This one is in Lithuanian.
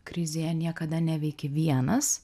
krizėje niekada neveiki vienas